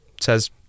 says